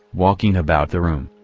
walking about the room.